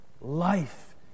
Life